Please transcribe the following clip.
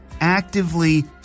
actively